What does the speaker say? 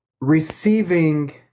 receiving